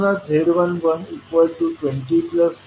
म्हणून z1120z1260 असेल